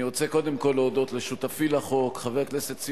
בהרמת יד,